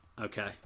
okay